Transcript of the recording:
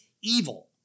evil